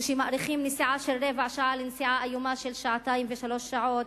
שמאריכים נסיעה של רבע שעה לנסיעה איומה של שעתיים ושלוש שעות.